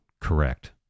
correct